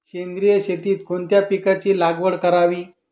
सेंद्रिय शेतीत कोणत्या पिकाची लागवड करावी?